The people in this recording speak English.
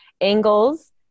angles